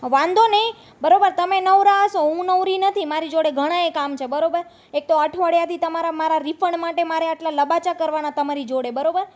વાંધો નહીં બરોબર તમે નવરા હશો હું નવરી નથી મારી જોડે ઘણાએ કામ છે બરોબર એક તો અઠવાડિયાથી તમારા મારા રિફંડ માટે મારે આટલા લબાચા કરવાના તમારી જોડે બરોબર